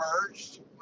merged